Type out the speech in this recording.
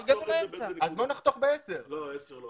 לא, עשר לא.